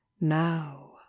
now